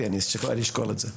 אבל תביא לי אני אשקול את זה.